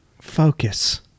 Focus